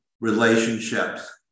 relationships